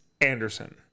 Anderson